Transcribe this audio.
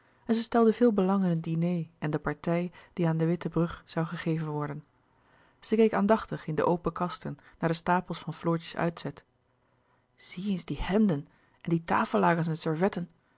en zij stelde veel belang in het diner en de partij die aan de witte brug zoû gegeven worden zij keek aandachtig in de open kasten naar de stapels van floortjes uitzet zie eens die hemden en die tafellakens en servetten